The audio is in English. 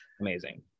Amazing